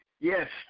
Yes